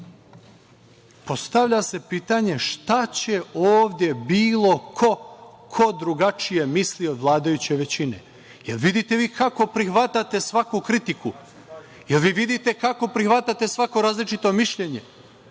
Postavlja se pitanje šta će ovde bilo ko ko drugačije misli od vladajuće većine? Jel vidite vi kako prihvatate svaku kritiku? Jel vi vidite kako prihvatate svako različito mišljenje? Vi